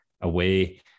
away